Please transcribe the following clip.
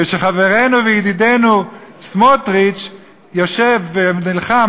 כשחברנו וידידנו סמוטריץ יושב ונלחם